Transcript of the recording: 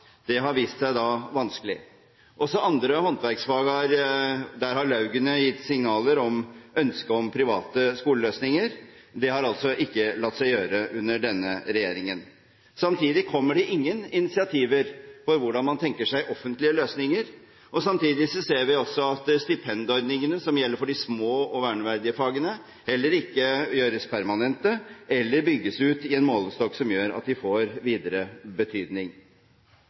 Det har vist seg å være vanskelig. Også i andre håndverksfag har laugene gitt signaler med ønske om private skoleløsninger. Det har altså ikke latt seg gjøre under denne regjeringen. Samtidig kommer det ingen initiativ til hvordan man tenker seg offentlige løsninger. Samtidig ser vi også at stipendordningene, som gjelder for de små og verneverdige fagene, heller ikke gjøres permanente, eller bygges ut i en målestokk som gjør at de får videre betydning.